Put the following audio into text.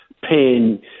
paying